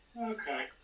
Okay